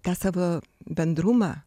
tą savo bendrumą